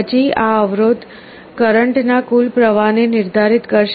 પછી આ અવરોધ કરંટ ના કુલ પ્રવાહ ને નિર્ધારિત કરશે